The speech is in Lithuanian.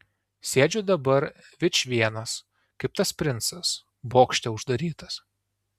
sėdžiu dabar vičvienas kaip tas princas bokšte uždarytas